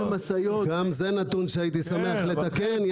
גם זה נתון שהייתי שמח לתקן.